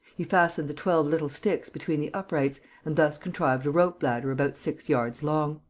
he fastened the twelve little sticks between the uprights and thus contrived a rope-ladder about six yards long.